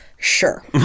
Sure